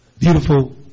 Beautiful